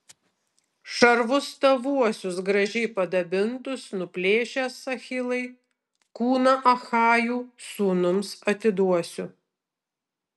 šarvus tavuosius gražiai padabintus nuplėšęs achilai kūną achajų sūnums atiduosiu